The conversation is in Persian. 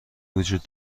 وجود